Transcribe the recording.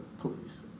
police